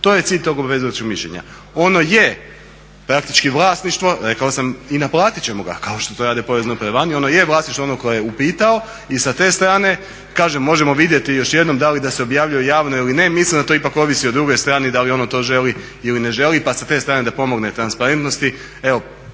To je cilj tog obvezujućeg mišljenja. Ono je praktički vlasništvo, rekao sam i naplatit ćemo ga kao što to rade porezne uprave vani, ono je vlasništvo onoga tko je upitao i sa te strane možemo vidjeti još jednom da li da se objavljuje javno ili ne, mislim da to ipak ovisi o drugoj strani da li ono to želi ili ne želi pa sa te strane da pomogne transparentnosti.